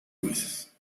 gruesas